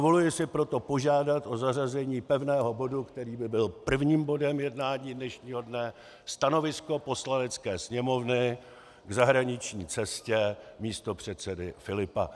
Dovoluji si proto požádat o zařazení pevného bodu, který by byl prvním bodem jednání dnešního dne: Stanovisko Poslanecké sněmovny k zahraniční cestě místopředsedy Filipa.